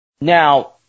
Now